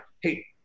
hey